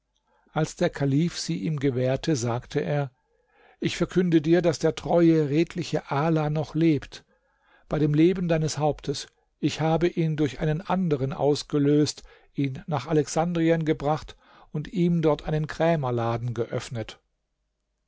als der kalif sie ihm gewährte sagte er ich verkünde dir daß der treue redliche ala noch lebt bei dem leben deines hauptes ich habe ihn durch einen anderen ausgelöst ihn nach alexandrien gebracht und ihm dort einen krämerladen geöffnet